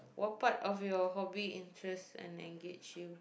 what part of your hobby interested and engage you